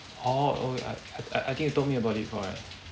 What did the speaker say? orh oh wait I I I think you told me about it before right